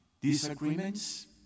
disagreements